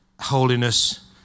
holiness